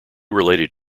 related